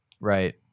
Right